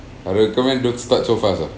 I recommend don't start so fast ah